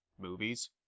movies